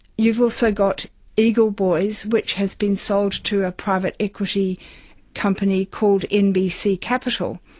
you've also got eagle boys which has been sold to a private equity company called nbc capital.